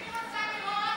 אני רוצה לראות מי בעד,